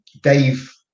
dave